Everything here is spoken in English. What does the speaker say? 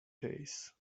days